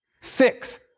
Six